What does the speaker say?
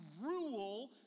rule